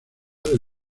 del